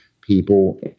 people